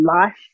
life